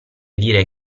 dire